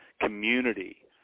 community